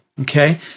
okay